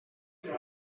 city